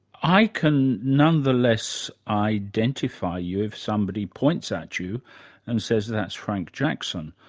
i can nonetheless identify you if somebody points at you and says, that's frank jackson.